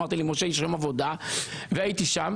אמרת לי: משה, יש יום עבודה, והייתי שם,